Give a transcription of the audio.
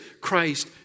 Christ